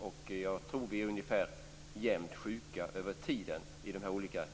Och jag tror att vi är ungefär jämnt sjuka över tiden i de här olika grupperna.